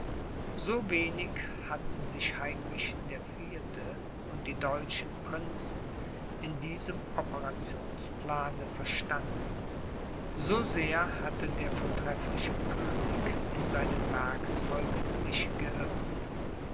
so wenig hatten sich heinrich der vierte und die deutschen prinzen in diesem operationsplane verstanden so sehr hatte der vortreffliche könig in seinen werkzeugen sich geirrt